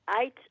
eight